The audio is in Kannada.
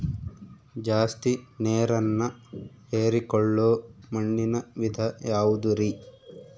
ಜಾಸ್ತಿ ನೇರನ್ನ ಹೇರಿಕೊಳ್ಳೊ ಮಣ್ಣಿನ ವಿಧ ಯಾವುದುರಿ?